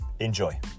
Enjoy